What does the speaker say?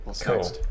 cool